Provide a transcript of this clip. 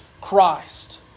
Christ